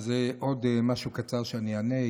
אז עוד משהו קצר שאני אענה.